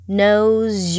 knows